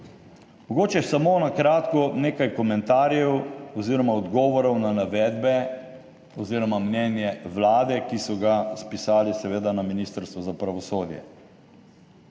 Mogoče samo na kratko nekaj komentarjev oziroma odgovorov na navedbe oziroma mnenje Vlade, ki so ga seveda spisali na Ministrstvu za pravosodje.